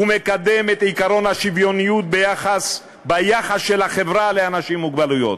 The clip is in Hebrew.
ומקדם את עקרון השוויוניות ביחס של החברה לאנשים עם מוגבלויות.